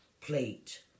plate